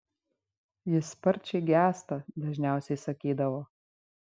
jis sparčiai gęsta dažniausiai sakydavo